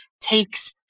takes